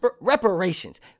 reparations